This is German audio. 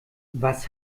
was